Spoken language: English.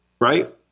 Right